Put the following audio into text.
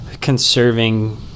Conserving